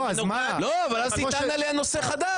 אבל אז תטען עליה נושא חדש.